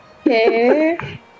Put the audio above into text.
Okay